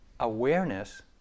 Awareness